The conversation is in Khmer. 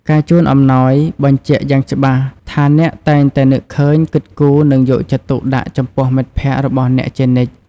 ការជូនអំណោយបញ្ជាក់យ៉ាងច្បាស់ថាអ្នកតែងតែនឹកឃើញ គិតគូរ និងយកចិត្តទុកដាក់ចំពោះមិត្តភក្តិរបស់អ្នកជានិច្ច។